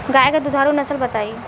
गाय के दुधारू नसल बताई?